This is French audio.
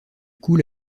coule